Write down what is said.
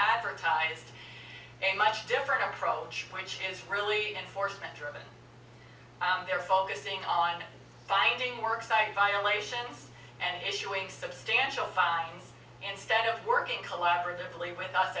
advertised a much different approach which is really enforcement driven they're focusing on finding worksite violations and issuing substantial fines instead of working collaboratively with us